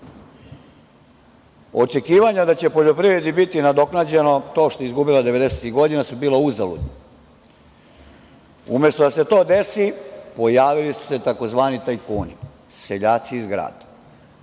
Očekivanja da će poljoprivredi biti nadoknađeno to što je izgubila devedesetih godina su bila uzaludna. Umesto da se to desi, pojavili su se tzv. tajkuni, seljaci iz grada.